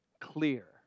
clear